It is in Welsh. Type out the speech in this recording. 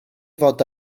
fod